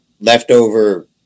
leftover